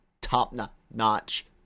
top-notch